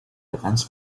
defence